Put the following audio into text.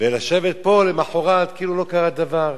ולשבת פה למחרת כאילו לא קרה דבר.